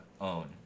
own